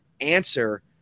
answer